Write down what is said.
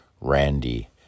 Randy